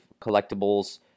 collectibles